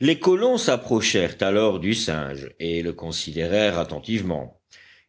les colons s'approchèrent alors du singe et le considérèrent attentivement